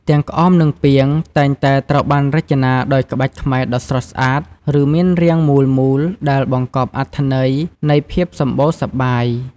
ទាំងក្អម និងពាង តែងតែត្រូវបានរចនាដោយក្បាច់ខ្មែរដ៏ស្រស់ស្អាត ឬមានរាងមូលមូលដែលបង្កប់អត្ថន័យនៃភាពសម្បូរសប្បាយ។